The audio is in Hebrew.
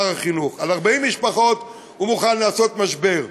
שר החינוך, על 40 משפחות הוא מוכן לעשות משבר,